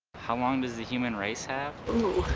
how long does the human race have? ooh.